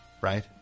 right